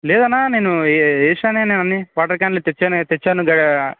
లేదన్న నేను ఏ వేసానే నేను అన్నీ వాటర్ క్యాన్లు తెచ్చానే తెచ్చాను